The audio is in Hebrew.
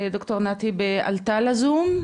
ד"ר נתי עלתה לזום?